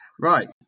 right